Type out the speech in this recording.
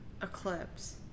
Eclipse